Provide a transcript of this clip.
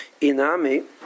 inami